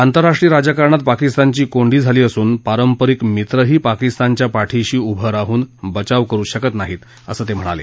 आतंरराष्ट्रीय राजकारणात पाकिस्तानची कोंडी झाली असून पारंपरिक मित्रही पाकिस्तानच्या पाठीशी उभं राहून बचाव करु शकत नाहीत असं ते म्हणाले